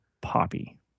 poppy